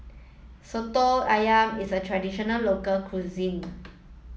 Soto Ayam is a traditional local cuisine